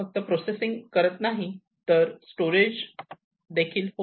फक्त प्रोसेसिंग करत नाही तर स्टोरेज ही होते